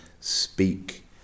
speak